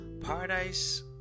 paradise